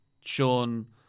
Sean